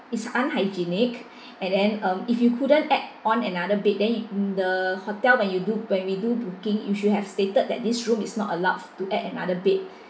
it's unhygienic and then um if you couldn't add on another bed then you the hotel when you do when we do booking you should have stated that this room is not allowed to add another bed